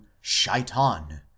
Shaitan